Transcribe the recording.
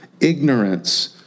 ignorance